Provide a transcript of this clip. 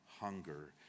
hunger